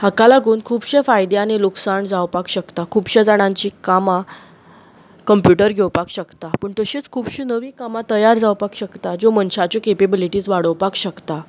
हाका लागून खुबशे फायदे आनी लुकसाण जावपाक शकता खुबश्या जाणांची कामां कंप्युटर घेवपाक शकता पूण तशींच खुबशी नवीं कामां तयार जावपाक शकता ज्यो मनशाच्यो केपेबलीटीस वाडोवपाक शकता